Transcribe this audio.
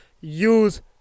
Use